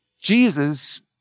jesus